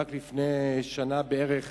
רק לפני שנה בערך,